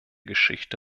geschichte